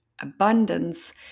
abundance